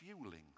fueling